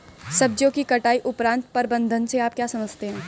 सब्जियों की कटाई उपरांत प्रबंधन से आप क्या समझते हैं?